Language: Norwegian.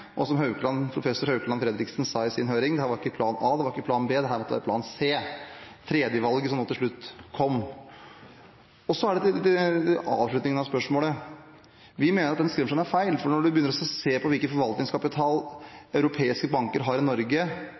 Som professor Haukeland Fredriksen sa i høringen, var ikke dette plan a, det var ikke plan b, det måtte være plan c – tredjevalget – som til slutt kom. Til avslutningen av spørsmålet: Vi mener at den skremselen er feil, for når en ser på hvilken forvaltningskapital europeiske banker har i Norge